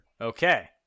Okay